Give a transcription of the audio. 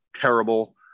terrible